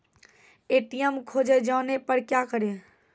ATM खोजे जाने पर क्या करें?